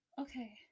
Okay